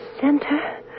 center